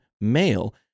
male